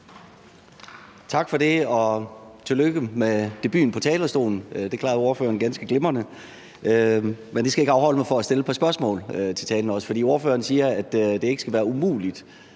Tak for det, og tillykke med debuten på talerstolen. Det klarede ordføreren ganske glimrende. Men det skal ikke afholde mig fra at stille et par spørgsmål til talen. For ordføreren siger, at det ikke skal være umuligt